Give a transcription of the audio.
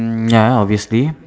mm ya obviously